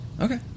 Okay